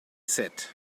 said